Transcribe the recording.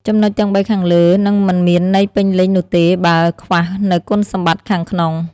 ចំណុចទាំងបីខាងលើ នឹងមិនមានន័យពេញលេញនោះទេ បើខ្វះនូវគុណសម្បត្តិខាងក្នុង។